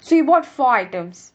so you bought four items